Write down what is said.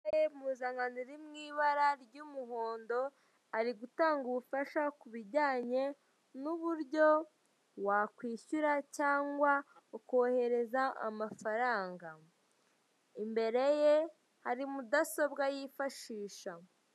Umugabo wambaye impuzankano iri mu ibara ry'umuhondo ari gutanga ubufasha ku bijyanye n'uburyo wakishyura cyangwa ukohereza amafaranga, imbere ye hari mudasobwa yifashisha.